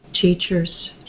teachers